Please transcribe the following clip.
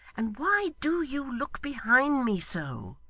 and why do you look behind me so